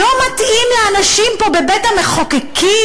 לא מתאים לאנשים פה בבית-המחוקקים,